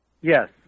Yes